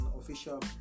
official